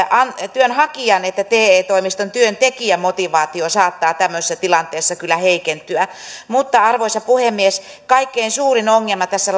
työnhakijan että te toimiston työntekijän motivaatio saattaa tämmöisessä tilanteessa kyllä heikentyä mutta arvoisa puhemies kaikkein suurin ongelma tässä